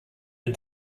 den